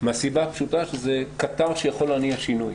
מהסיבה הפשוטה שזה קטר שיכול להניע שינוי.